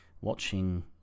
watching